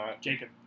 Jacob